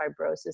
fibrosis